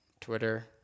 Twitter